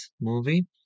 movie